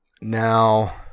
Now